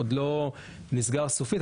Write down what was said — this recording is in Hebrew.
ברשותכם חברים,